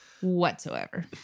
whatsoever